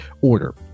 order